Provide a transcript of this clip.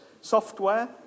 software